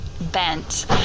bent